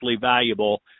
valuable